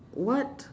what